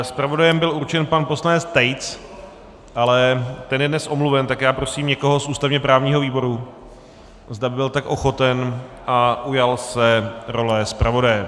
Zpravodajem byl určen pan poslanec Tejc, ale ten je dnes omluven, tak prosím někoho z ústavněprávního výboru, zda by byl tak ochoten a ujal se role zpravodaje.